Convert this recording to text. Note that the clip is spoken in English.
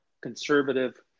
conservative